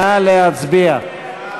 נא להצביע.